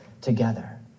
together